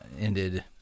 ended